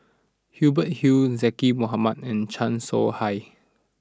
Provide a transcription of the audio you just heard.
Hubert Hill Zaqy Mohamad and Chan Soh Ha